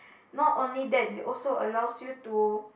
not only that they also allows you to